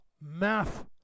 math